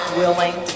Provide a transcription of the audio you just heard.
willing